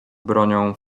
bronią